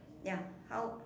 ya how